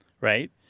right